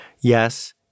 Yes